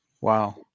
Wow